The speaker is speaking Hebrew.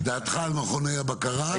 דעתך על מכוני הבקרה?